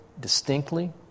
distinctly